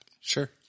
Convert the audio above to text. Sure